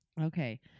Okay